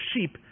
sheep